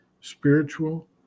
Spiritual